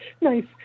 Nice